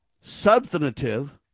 substantive